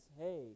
hey